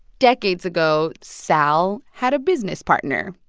decades ago, sal had a business partner,